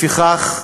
לפיכך,